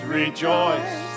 rejoice